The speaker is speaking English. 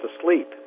asleep